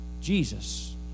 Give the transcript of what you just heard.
Jesus